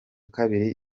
kabiri